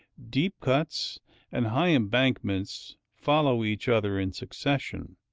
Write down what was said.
deep cuts and high embankments follow each other in succession,